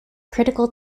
critical